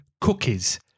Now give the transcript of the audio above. cookies